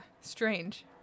Strange